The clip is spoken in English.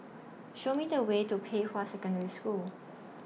Show Me The Way to Pei Hwa Secondary School